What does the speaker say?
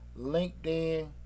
LinkedIn